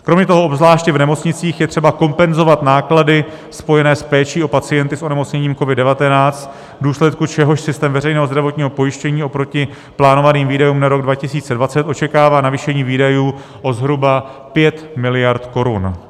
Kromě toho obzvláště v nemocnicích je třeba kompenzovat náklady spojené s péčí o pacienty s onemocněním COVID19, v důsledku čehož systém veřejného zdravotního pojištění oproti plánovaným výdajům na rok 2020 očekává zvýšení výdajů o zhruba 5 mld. korun.